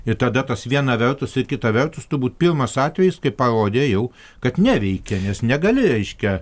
ir tada tas viena vertus ir kita vertus turbūt pirmas atvejis kai parodė jau kad neveikia nes negali reiškia